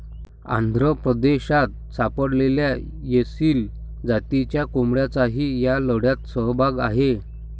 आंध्र प्रदेशात सापडलेल्या एसील जातीच्या कोंबड्यांचाही या लढ्यात सहभाग आहे